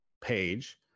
page